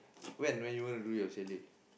when when you wanna do your chalet